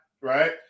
right